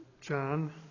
John